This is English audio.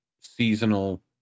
Seasonal